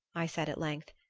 i said at length,